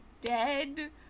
dead